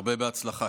הרבה בהצלחה.